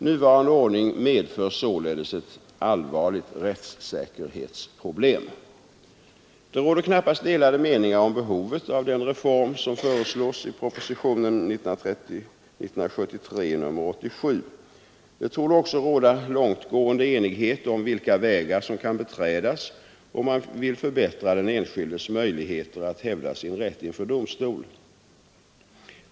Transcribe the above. Nuvarande ordning medför således ett allvarligt rättssäkerhetsproblem. Det råder knappast delade meningar om behovet av den reform som föreslås i propositionen. Det torde också råda långtgående enighet om vilka vägar som skall beträdas, om man vill förbättra den enskildes möjligheter att hävda sin rätt inför domstol.